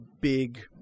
big